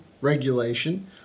Regulation